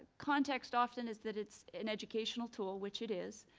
context often is that it's an educational tool, which it is.